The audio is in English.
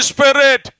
Spirit